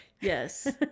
Yes